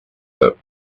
that